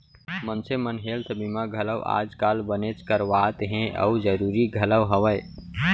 मनसे मन हेल्थ बीमा घलौ आज काल बनेच करवात हें अउ जरूरी घलौ हवय